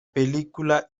película